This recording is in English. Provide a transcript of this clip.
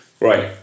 right